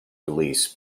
release